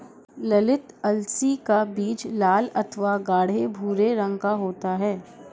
ललीत अलसी का बीज लाल अथवा गाढ़े भूरे रंग का होता है